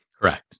Correct